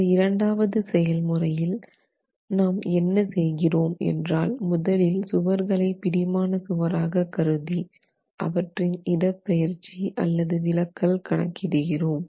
இந்த இரண்டாவது செயல் முறையில் நாம் என்ன செய்கிறோம் என்றால் முதலில் சுவர்களை பிடிமான சுவராக கருதி அவற்றின் இடப்பெயர்ச்சி அல்லது விலக்கல் கணக்கிடுகிறோம்